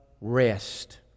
rest